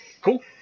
Cool